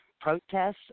protests